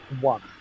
one